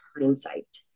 hindsight